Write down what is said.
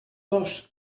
dos